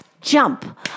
Jump